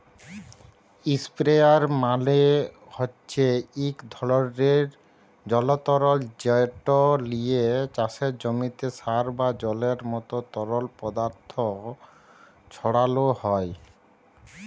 ইসপেরেয়ার মালে হছে ইক ধরলের জলতর্ যেট লিয়ে চাষের জমিতে সার বা জলের মতো তরল পদাথথ ছড়ালো হয়